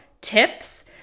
tips